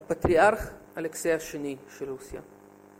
פטריארך אלכסיי השני של רוסיה